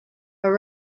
are